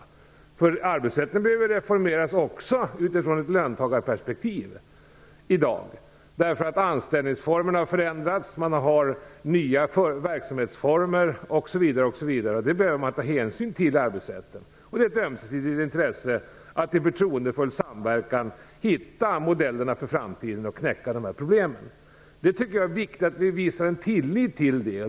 Arbetsrätten behöver reformeras också utifrån ett löntagarperspektiv i dag, därför att anställningsformerna har förändrats, så att man har nya verksamhetsformer osv. Det behöver man ta hänsyn till i arbetsrätten. Det är ett ömsesidigt intresse att man i förtroendefull samverkan hittar modellerna för framtiden och knäcker problemen. Det är viktigt att vi visar en tillit till det.